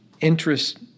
interest